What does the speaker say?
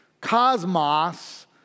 cosmos